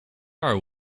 are